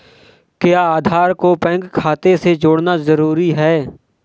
क्या आधार को बैंक खाते से जोड़ना जरूरी है?